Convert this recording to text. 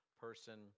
person